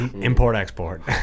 Import-export